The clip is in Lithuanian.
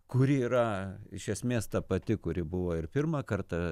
kuri yra iš esmės ta pati kuri buvo ir pirmą kartą